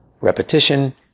repetition